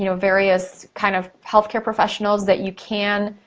you know various kind of healthcare professionals that you can,